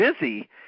busy